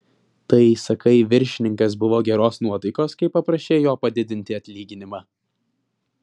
tai sakai viršininkas buvo geros nuotaikos kai paprašei jo padidinti atlyginimą